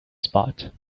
spot